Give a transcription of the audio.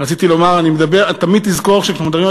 רציתי לומר: תמיד תזכור שכשאנחנו מדברים על